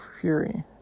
fury